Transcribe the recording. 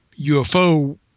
UFO